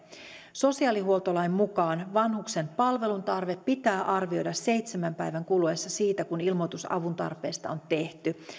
sosiaalihuoltolain mukaan vanhuksen palvelutarve pitää arvioida seitsemän päivän kuluessa siitä kun ilmoitus avun tarpeesta on tehty